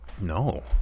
No